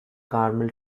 carmel